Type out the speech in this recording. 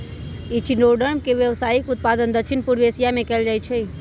echinoderm के व्यावसायिक उत्पादन दक्षिण पूर्व एशिया में कएल जाइ छइ